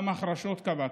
במחרשות קבעו.